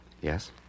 Yes